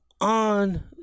on